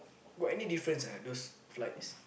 got any difference ah those flights